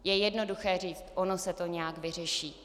Je jednoduché říct: ono se to nějak vyřeší.